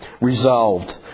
Resolved